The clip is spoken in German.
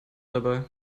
dabei